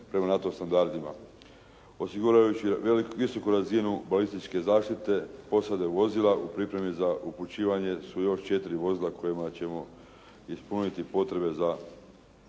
prema NATO standardima osiguravajući veliku, visoku razinu balističke zaštite posade vozila. U pripremi za upućivanje su još 4 vozila kojima ćemo ispuniti potrebe za,